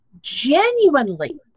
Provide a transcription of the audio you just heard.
genuinely